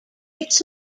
its